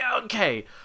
okay